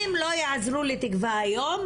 אם לא יעזרו לתקווה היום,